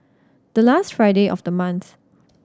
the last Friday of the month